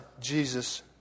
Jesus